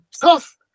tough